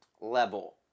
level